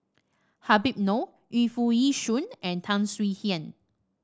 Habib Noh Yu Foo Yee Shoon and Tan Swie Hian